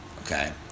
Okay